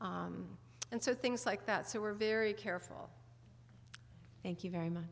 and so things like that so we're very careful thank you very much